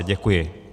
Děkuji.